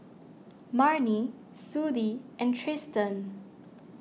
Marnie Sudie and Tristan